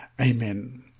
Amen